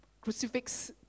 Crucifix